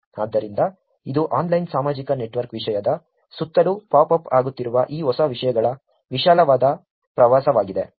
ಆದ್ದರಿಂದ ಇದು ಆನ್ಲೈನ್ ಸಾಮಾಜಿಕ ನೆಟ್ವರ್ಕ್ ವಿಷಯದ ಸುತ್ತಲೂ ಪಾಪ್ ಅಪ್ ಆಗುತ್ತಿರುವ ಈ ಹೊಸ ವಿಷಯಗಳ ವಿಶಾಲವಾದ ಪ್ರವಾಸವಾಗಿದೆ